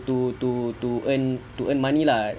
to to to earn to earn money lah